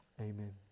Amen